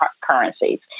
currencies